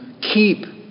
keep